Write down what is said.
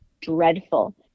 dreadful